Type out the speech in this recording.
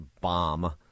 bomb